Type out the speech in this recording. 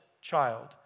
child